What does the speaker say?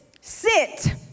sit